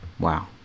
Wow